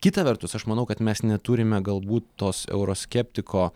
kita vertus aš manau kad mes neturime galbūt tos euroskeptiko